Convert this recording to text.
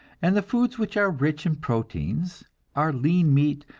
and the foods which are rich in proteins are lean meat,